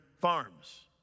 farms